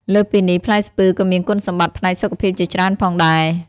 លើសពីនេះ ផ្លែស្ពឺក៏មានគុណសម្បត្តិផ្នែកសុខភាពជាច្រើនផងដែរ។